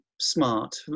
smart